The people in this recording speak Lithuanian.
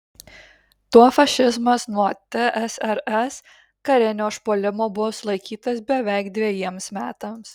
tuo fašizmas nuo tsrs karinio užpuolimo buvo sulaikytas beveik dvejiems metams